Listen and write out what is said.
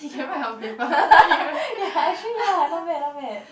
ya actually ya not bad not bad